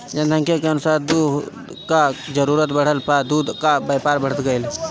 जनसंख्या के अनुसार दूध कअ जरूरत बढ़ला पअ दूध कअ व्यापार बढ़त गइल